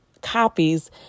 copies